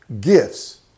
gifts